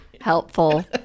helpful